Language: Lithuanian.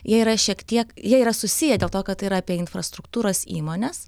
jie yra šiek tiek jie yra susiję dėl to kad tai yra apie infrastruktūros įmones